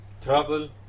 trouble